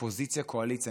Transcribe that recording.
אופוזיציה קואליציה,